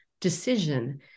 decision